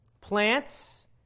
Plants